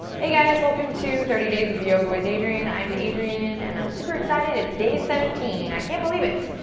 hey guys, welcome to thirty days of yoga with adriene. i'm adriene and i'm super excited, it's day seventeen. i can't believe it.